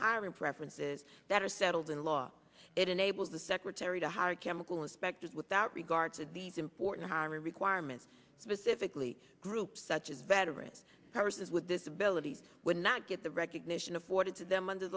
highly preferences that are settled in law it enables the secretary to hire chemical inspectors without regard to these important high requirements physically groups such as veteran persons with disabilities would not get the recognition afforded to them under